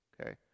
okay